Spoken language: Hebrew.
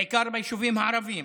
בעיקר ביישובים הערביים.